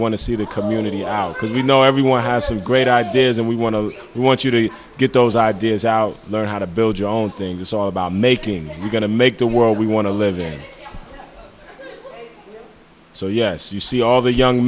want to see the community out because we know everyone has some great ideas and we want to we want you to get those ideas out learn how to build your own things it's all about making you going to make the world we want to live in so yes you see all the young